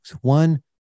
One